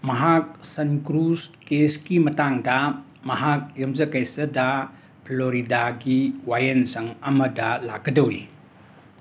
ꯃꯍꯥꯛ ꯁꯟꯀ꯭ꯔꯨꯖ ꯀꯦꯁꯀꯤ ꯃꯇꯥꯡꯗ ꯃꯍꯥꯛ ꯌꯨꯝꯁꯀꯩꯁꯗ ꯐ꯭ꯂꯣꯔꯤꯗꯥꯒꯤ ꯋꯥꯌꯦꯜꯁꯪ ꯑꯃꯗ ꯂꯥꯛꯀꯗꯧꯔꯤ